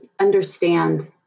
understand